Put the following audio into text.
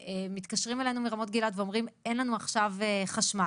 כשמתקשרים אלינו מרמות גלעד ואומרים 'אין לנו עכשיו חשמל',